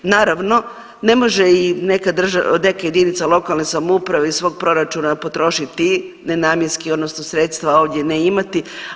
Naravno ne može neka jedinica lokalne samouprave iz svog proračuna potrošiti nenamjenski, odnosno sredstva ovdje ne imati.